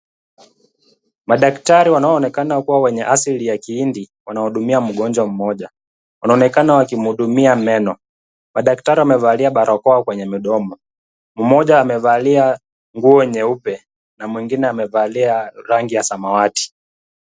Madaktari wanaoonekana kuwa wenye asili ya kihindi wanahudumia mgonjwa mmoja .Wanaonekana wakimhudumia meno. Madaktari wamevalia barakoa kwenye midomo, mmoja amevalia nguo nyeupe na mwingine amevalia rangi ya samawati.